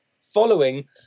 following